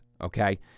okay